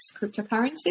cryptocurrencies